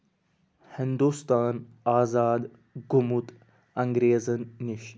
ہِندوستان آزاد گوٚمُت اَنگریزن نِش